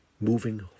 moving